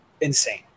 insane